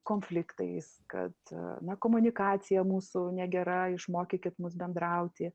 konfliktais kad na komunikacija mūsų negera išmokykit mus bendrauti